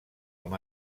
amb